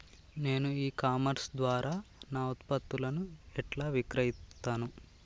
నేను e commerce ద్వారా నా ఉత్పత్తులను ఎట్లా విక్రయిత్తను?